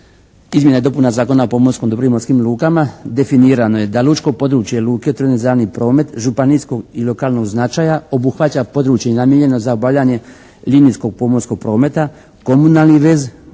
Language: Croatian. izmjena i dopuna Zakona o pomorskim dobrima u pomorskim lukama definirano je da lučko područje luke otvoreno za javni promet županijskog i lokalnog značaja obuhvaća područje namijenjeno za obavljanje linijskog pomorskog prometa, komunalni vez